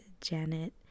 janet